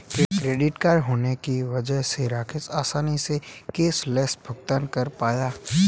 credit card होने की वजह से राकेश आसानी से कैशलैस भुगतान कर पाया